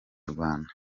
rwanda